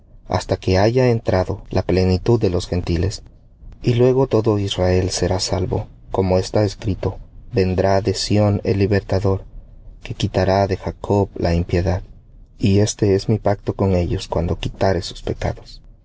hasta que haya entrado la plenitud de los gentiles y luego todo israel será salvo como está escrito vendrá de sión el libertador que quitará de jacob la impiedad y este es mi pacto con ellos cuando quitare sus pecados